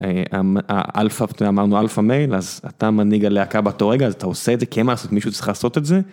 אמרנו Alpha Male, אז אתה מנהיג הלהקה באותו רגע, אז אתה עושה את זה כי אין מה לעשות מישהו צריך לעשות את זה.